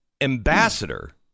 ambassador